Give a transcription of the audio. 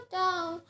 down